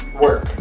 work